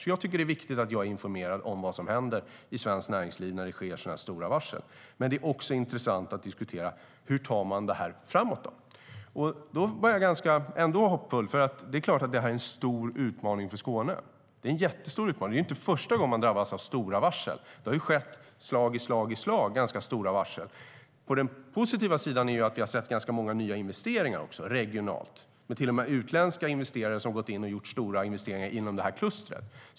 Jag tycker att det är viktigt att jag är informerad om vad som händer i svenskt näringsliv, när det sker stora varsel. Men det är också intressant att diskutera hur man tar det hela framåt. Jag är trots allt ganska hoppfull. Det är klart att det är en stor utmaning för Skåne. Det är en jättestor utmaning. Det är inte första gången Skåne drabbas av stora varsel. Det har kommit stora varsel slag i slag. Det positiva är att vi har sett ganska många nya investeringar regionalt. Det har till och med funnits utländska investerare som gått in och gjort stora investeringar inom det klustret.